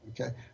Okay